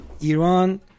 Iran